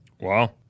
Wow